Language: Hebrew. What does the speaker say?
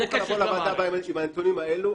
אני מוכן לבוא לוועדה הבאה עם הנתונים האלו,